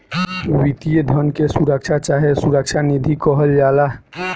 वित्तीय धन के सुरक्षा चाहे सुरक्षा निधि कहल जाला